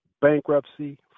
bankruptcy